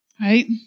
Right